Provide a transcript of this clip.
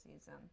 season